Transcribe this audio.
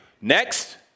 Next